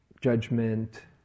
judgment